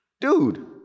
Dude